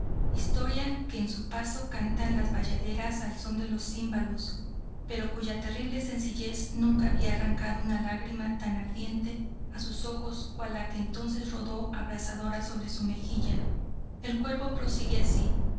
historia que en su paso cantan las bayaderas al son de los címbalos pero cuya terrible sencillez nunca había arrancado una lagrima tan ardiente a sus ojos cual la que entonces rodó abrasadora sobre su mejilla el cuervo prosigue así